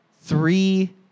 Three